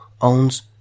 owns